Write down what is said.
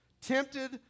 Tempted